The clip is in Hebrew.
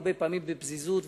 הרבה פעמים בפזיזות,